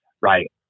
right